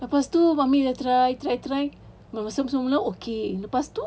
lepas tu mummy dah try try try masa semula okay lepas tu